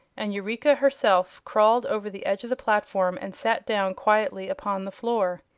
and eureka herself crawled over the edge of the platform and sat down quietly upon the floor.